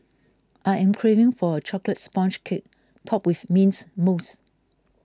I am craving for a Chocolate Sponge Cake Topped with Mint Mousse